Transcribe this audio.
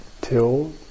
Till